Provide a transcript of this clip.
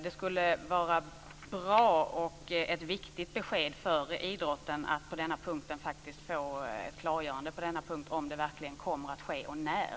Det skulle vara ett bra och viktigt besked för idrotten att få ett klargörande på denna punkt om det verkligen kommer att ske och när.